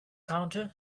counter